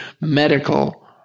medical